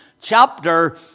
chapter